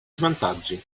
svantaggi